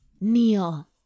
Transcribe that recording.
Kneel